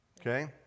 Okay